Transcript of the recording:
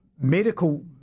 Medical